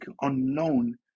unknown